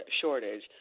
shortage